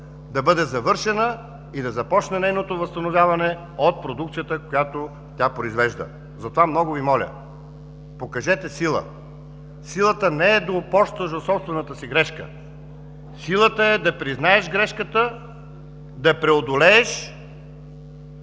да бъде завършена и да започне нейното възстановяване от продукцията, която тя произвежда. Много Ви моля, покажете сила. Силата не е да упорстваш за собствената си грешка. Силата е да признаеш грешката, да я преодолееш